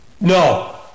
No